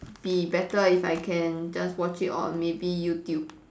be better if I can just watch it on maybe YouTube